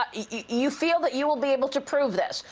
ah you feel that you will be able to prove this?